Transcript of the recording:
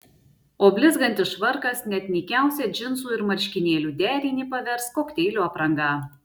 o blizgantis švarkas net nykiausią džinsų ir marškinėlių derinį pavers kokteilių apranga